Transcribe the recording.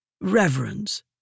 Reverence